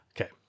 Okay